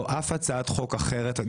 לא אף הצעת חוק אחרת,